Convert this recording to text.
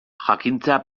jakintza